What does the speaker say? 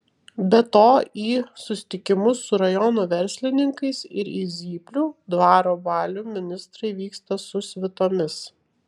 be to į susitikimus su rajono verslininkais ir į zyplių dvaro balių ministrai vyksta su svitomis